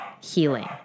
healing